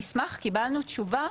במסמך קיבלנו תשובה